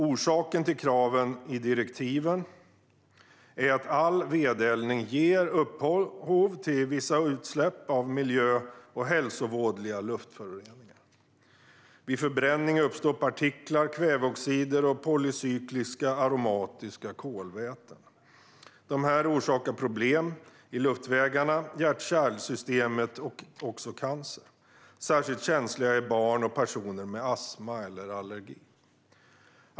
Orsaken till kraven i direktivet är att all vedeldning ger upphov till vissa utsläpp av miljö och hälsovådliga luftföroreningar. Vid förbränning uppstår partiklar, kväveoxider och polycykliska aromatiska kolväten. Dessa orsakar problem i luftvägarna och hjärt-kärlsystemet och kan ge upphov till cancer. Särskilt känsliga är barn och personer med astma eller allergi.